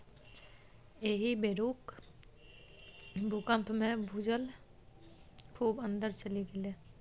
एहि बेरुक भूकंपमे भूजल खूब अंदर चलि गेलै